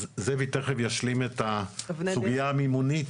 אז, זאב תיכף ישלים את הסוגיה המימונית.